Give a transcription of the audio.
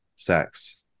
sex